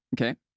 Okay